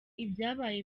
ibyabaye